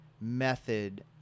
method